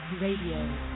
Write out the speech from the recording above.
Radio